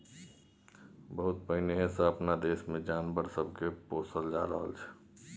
बहुत पहिने सँ अपना देश मे जानवर सब के पोसल जा रहल छै